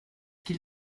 qu’il